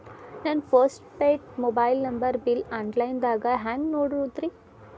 ನನ್ನ postpaid mobile number bill, online ದಾಗ ಹ್ಯಾಂಗ್ ನೋಡೋದ್ರಿ?